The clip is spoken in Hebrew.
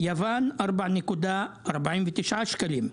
יוון 4.49 שקלים,